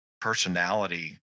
personality